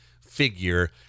figure